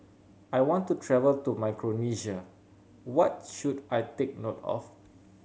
I want to travel to Micronesia what should I take note of